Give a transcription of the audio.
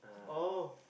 oh